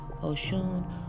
Oshun